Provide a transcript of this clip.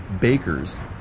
bakers